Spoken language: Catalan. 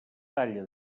talla